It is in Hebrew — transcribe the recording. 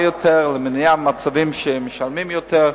יותר למניעת מצבים שהחולים משלמים יותר.